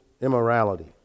immorality